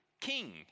king